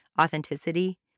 authenticity